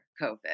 COVID